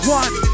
one